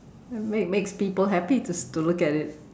make makes people happy to to look at it